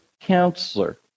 counselor